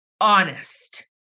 honest